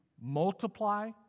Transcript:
multiply